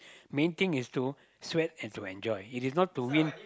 main thing is to sweat and to enjoy it is not to win